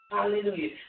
Hallelujah